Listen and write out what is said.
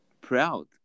proud